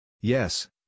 Yes